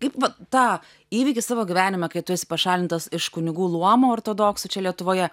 kaip va tą įvykį savo gyvenime kai tu esi pašalintas iš kunigų luomo ortodoksų čia lietuvoje